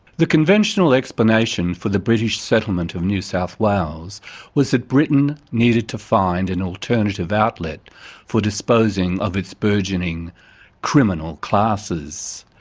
the conventional explanation for the british settlement of new south wales was that britain needed to find an alternative outlet for disposing of its burgeoning criminal classes.